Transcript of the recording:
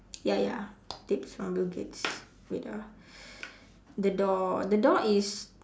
ya ya tips from bill-gates wait ah the door the door is